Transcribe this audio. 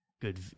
Good